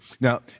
now